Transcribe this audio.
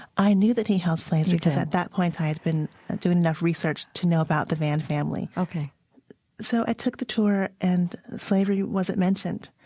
i knew that he held slaves because at that point i had been doing enough research to know about the vann family ok so i took the tour and slavery wasn't mentioned.